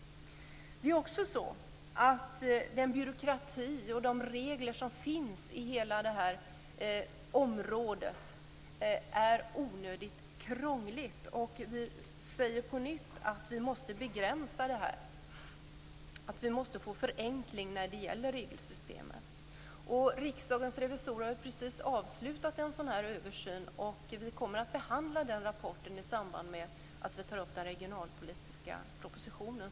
Det är också så att den byråkrati och de regler som finns i hela detta område är onödigt krångliga. Vi säger på nytt att vi måste begränsa det här, att det måste bli en förenkling när det gäller regelsystemet. Riksdagens revisorer har precis avslutat en sådan här översyn, och vi kommer att behandla den rapporten i samband med att vi tar upp den regionalpolitiska propositionen.